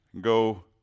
go